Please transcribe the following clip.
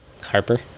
Harper